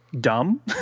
dumb